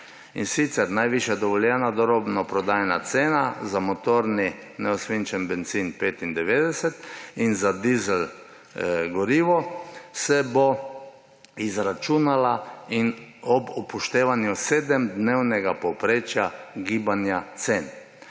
In sicer, najvišja dovoljena drobnoprodajna cena za motorni neosvinčeni bencin 95 in za dizelsko gorivo se bo izračunala ob upoštevanju sedemdnevnega povprečja gibanja cen.